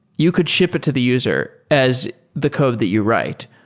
you could ship it to the user as the code that you write.